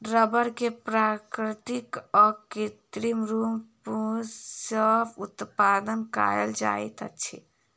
रबड़ के प्राकृतिक आ कृत्रिम रूप सॅ उत्पादन कयल जाइत अछि